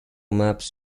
maps